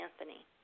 Anthony